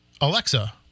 Alexa